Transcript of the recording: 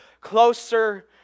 closer